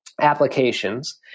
applications